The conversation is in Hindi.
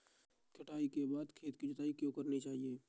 कटाई के बाद खेत की जुताई क्यो करनी चाहिए?